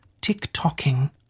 Tick-tocking